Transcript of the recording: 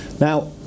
Now